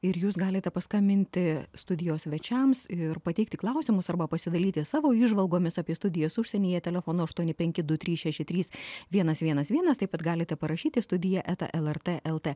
ir jūs galite paskambinti studijos svečiams ir pateikti klausimus arba pasidalyti savo įžvalgomis apie studijas užsienyje telefonu aštuoni penki du trys šeši trys vienas vienas vienas taip pat galite parašyti studija eta lrt lt